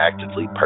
actively